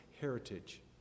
heritage